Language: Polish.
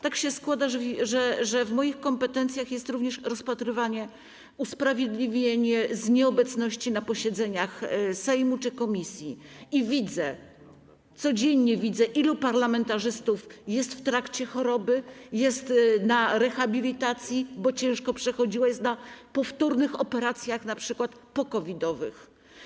Tak się składa, że w moich kompetencjach jest również rozpatrywanie usprawiedliwień z nieobecności na posiedzeniach Sejmu czy komisji i codziennie widzę, ilu parlamentarzystów jest w trakcie choroby, jest na rehabilitacji, bo ciężko przechodzili chorobę, na powtórnych operacjach, np. po-COVID-owych.